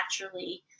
naturally